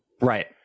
Right